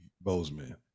bozeman